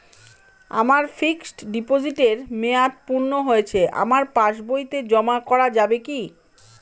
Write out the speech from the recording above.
আমার ফিক্সট ডিপোজিটের মেয়াদ পূর্ণ হয়েছে আমার পাস বইতে জমা করা যাবে কি?